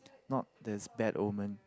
not there's bad omen